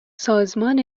سازمان